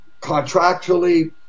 Contractually